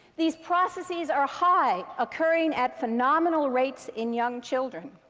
these processes are high, occurring at phenomenal rates in young children.